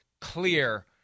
clear